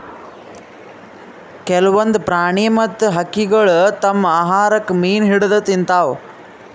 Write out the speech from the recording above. ಕೆಲ್ವನ್ದ್ ಪ್ರಾಣಿ ಮತ್ತ್ ಹಕ್ಕಿಗೊಳ್ ತಮ್ಮ್ ಆಹಾರಕ್ಕ್ ಮೀನ್ ಹಿಡದ್ದ್ ತಿಂತಾವ್